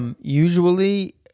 usually